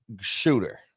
shooter